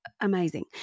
amazing